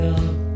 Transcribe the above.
up